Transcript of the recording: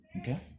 Okay